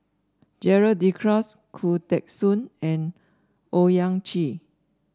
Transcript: Gerald De Cruz Khoo Teng Soon and Owyang Chi